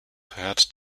hört